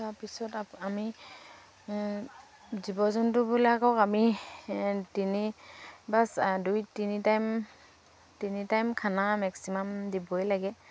তাৰপিছত আ আমি জীৱ জন্তুবিলাকক আমি তিনি বা চা দুই তিনি টাইম তিনি টাইম খানা মেক্সিমাম দিবই লাগে